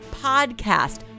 podcast